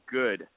good